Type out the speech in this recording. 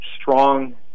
strong